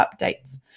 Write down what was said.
updates